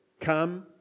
come